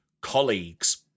colleagues